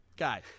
guy